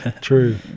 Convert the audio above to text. True